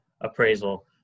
appraisal